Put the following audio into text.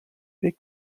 big